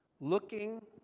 Looking